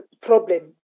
problem